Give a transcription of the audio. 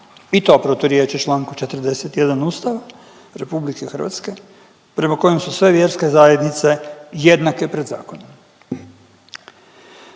i to proturječi čl. 41. Ustava RH prema kojem su sve vjerske zajednice jednake pred zakonom.